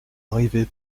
arriver